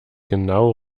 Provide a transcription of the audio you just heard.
genau